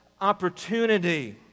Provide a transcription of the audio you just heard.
opportunity